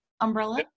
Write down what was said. umbrella